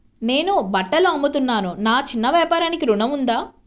నేను బట్టలు అమ్ముతున్నాను, నా చిన్న వ్యాపారానికి ఋణం ఉందా?